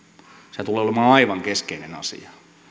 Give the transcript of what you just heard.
se tulee olemaan aivan keskeinen asia